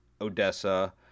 Odessa